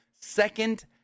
second